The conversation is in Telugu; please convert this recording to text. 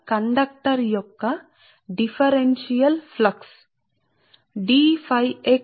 కాబట్టి dx యొక్క చిన్న వ్యత్యాసం